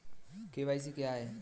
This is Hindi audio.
के.वाई.सी क्या है?